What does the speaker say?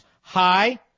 high